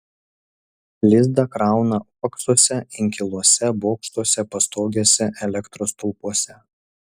lizdą krauna uoksuose inkiluose bokštuose pastogėse elektros stulpuose